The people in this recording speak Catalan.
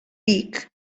vic